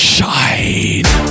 Shine